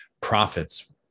profits